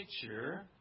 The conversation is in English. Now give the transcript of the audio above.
picture